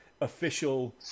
official